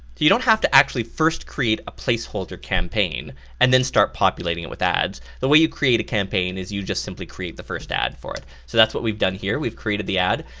you don't have to actually first create a place holder campaign and then start populating it with ads. the way you create a campaign is you just simply create the first ad for it. so that's what we've done here. we've created the ad.